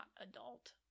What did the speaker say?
adult